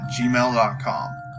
gmail.com